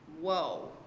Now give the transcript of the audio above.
whoa